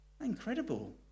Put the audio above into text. Incredible